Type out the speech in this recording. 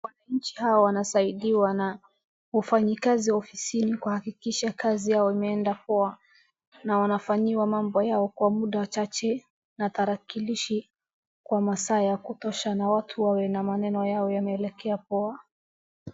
Wananchi hawa wanasaidiwa na wafanyikazi ofisini kuhakikisha kazi yao imeenda poa, na wanafanyiwa mambo yao kwa mda chache na tarakilishi kwa masaa ya kutosha na watu wawe na maneno yao yameelekea poa.